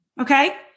Okay